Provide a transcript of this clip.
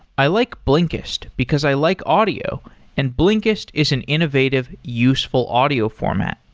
i like blinkist, because i like audio and blinkist is an innovative useful audio format.